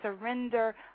surrender